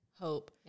hope